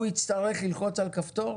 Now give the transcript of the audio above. הוא יצטרך ללחוץ על כפתור?